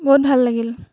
বহুত ভাল লাগিল